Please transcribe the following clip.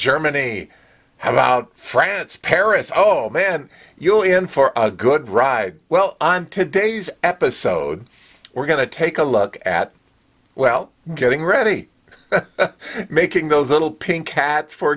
germany how about france paris oh man you in for a good ride well on today's episode we're going to take a look at well getting ready making those little pink cats for